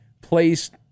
placed